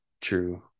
True